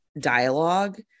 dialogue